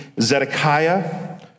Zedekiah